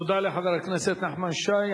תודה לחבר הכנסת נחמן שי.